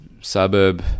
suburb